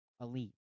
elite